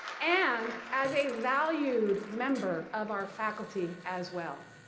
and, as a valued member of our faculty as well.